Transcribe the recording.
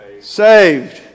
Saved